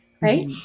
Right